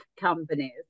companies